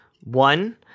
One